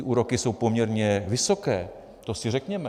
Úroky jsou poměrně vysoké, to si řekněme.